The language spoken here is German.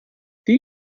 die